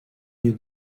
new